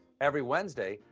every wednesday,